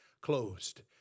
closed